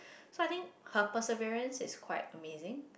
so I think her person variance is quite amazing